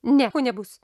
nieko nebus